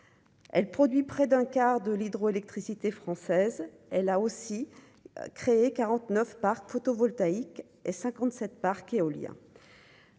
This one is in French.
elle produit près d'un quart de l'hydroélectricité française, elle a aussi créé 49 parcs photovoltaïques et 57 parcs éoliens.